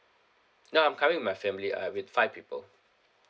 no I'm coming with my family uh with five people